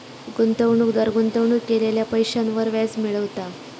गुंतवणूकदार गुंतवणूक केलेल्या पैशांवर व्याज मिळवता